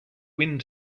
wind